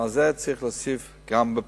ועל זה צריך להוסיף גם, בפריפריה.